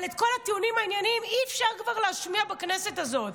אבל את כל הטיעונים הענייניים כבר אי-אפשר להשמיע בכנסת הזאת,